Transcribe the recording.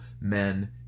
men